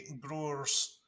growers